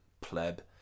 Pleb